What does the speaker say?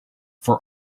for